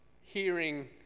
hearing